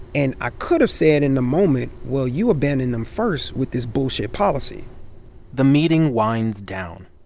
and i could have said in the moment, well, you abandoned them first with this bullshit policy the meeting winds down.